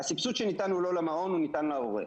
הסבסוד שניתן הוא לא למעון, הוא ניתן להורה.